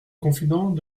confident